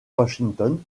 washington